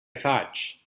faig